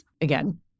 Again